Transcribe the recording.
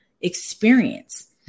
experience